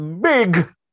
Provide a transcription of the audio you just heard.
Big